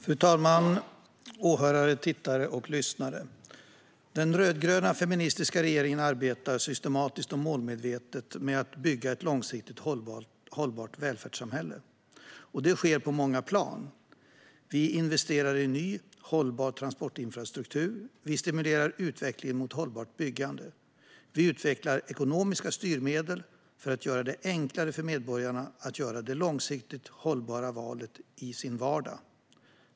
Fru talman, åhörare, tittare och lyssnare! Den rödgröna feministiska regeringen arbetar systematiskt och målmedvetet med att bygga ett långsiktigt hållbart välfärdssamhälle. Det sker på många plan. Vi investerar i ny hållbar transportinfrastruktur, vi stimulerar utvecklingen mot hållbart byggande och vi utvecklar ekonomiska styrmedel för att göra det enklare för medborgarna att göra det långsiktigt hållbara valet i sin vardag.